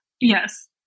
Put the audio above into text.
Yes